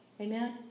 Amen